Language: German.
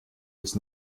jetzt